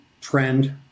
trend